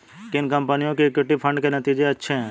किन कंपनियों के इक्विटी फंड के नतीजे अच्छे हैं?